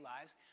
lives